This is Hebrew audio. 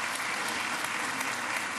(מחיאות כפיים)